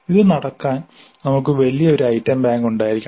ഇത് നടക്കാൻ നമുക്ക് വലിയ ഒരു ഐറ്റം ബാങ്ക് ഉണ്ടായിരിക്കണം